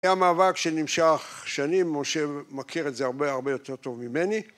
היה מאבק שנמשך שנים, משה מכיר את זה הרבה הרבה יותר טוב ממני.